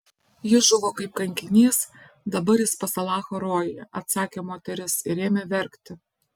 jis žuvo kaip kankinys dabar jis pas alachą rojuje atsakė moteris ir ėmė verkti